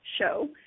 show